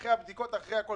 אחרי הבדיקות ואחרי הכול